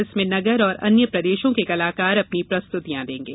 इसमें नगर और अन्य प्रदेशों के कलाकार अपनी प्रस्तुतियां देंगे